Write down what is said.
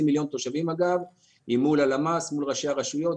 מיליון תושבים היא מול הלמ"ס ומול ראשי הרשויות.